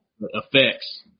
Effects